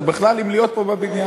או בכלל אם להיות פה בבניין.